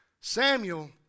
Samuel